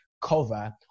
cover